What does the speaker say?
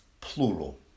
plural